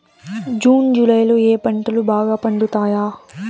June July లో ఏ పంటలు బాగా పండుతాయా?